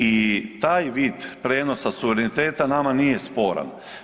I taj vid prijenosa suvereniteta nama nije sporan.